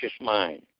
mind